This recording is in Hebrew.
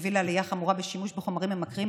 מביא לעלייה חמורה בשימוש בחומרים ממכרים,